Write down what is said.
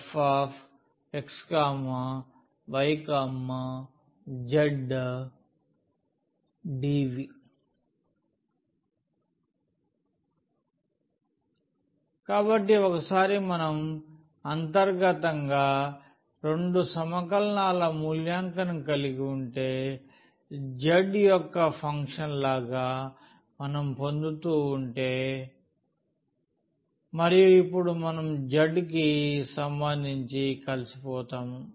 Vfx y zdV కాబట్టి ఒకసారి మనం అంతర్గతం గా రెండు సమకలనాల మూల్యాంకనం కలిగి ఉంటే z యొక్క ఫంక్షన్ లాగా మనం పొందుతూ వుంటే మరియు ఇప్పుడు మనం z కి సంబంధించి కలిసిపోతాము